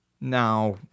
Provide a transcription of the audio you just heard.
Now